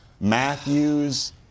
Matthews